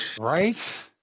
right